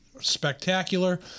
spectacular